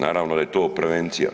Naravno da je to prevencija.